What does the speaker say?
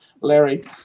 Larry